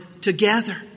together